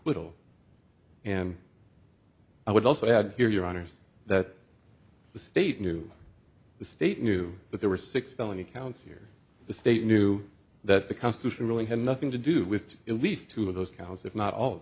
acquittal and i would also add here your honour's that the state knew the state knew that there were six felony counts here the state knew that the constitution really had nothing to do with at least two of those cows if not all of